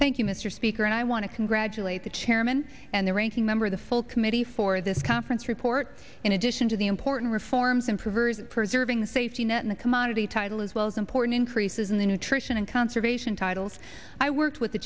thank you mr speaker and i want to congratulate the chairman and the ranking member the full committee for this conference report in addition to the important reforms in preserving the safety net in the commodity title as well as important increases in the nutrition and conservation titled i worked with the